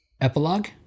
Epilogue